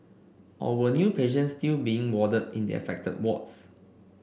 or were new patients still being warded in the affected wards